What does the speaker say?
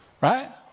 right